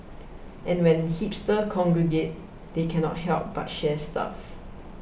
and when hipsters congregate they cannot help but share stuff